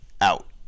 Out